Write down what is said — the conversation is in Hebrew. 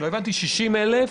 אבל מתוך כמה?